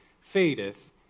fadeth